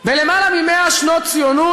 ויותר מ-100 שנות ציונות,